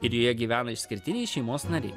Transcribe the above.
ir joje gyvena išskirtiniai šeimos nariai